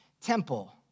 temple